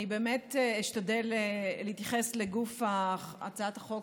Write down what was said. אני באמת אשתדל להתייחס לגוף הצעת החוק